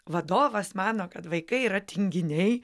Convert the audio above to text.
vadovas mano kad vaikai yra tinginiai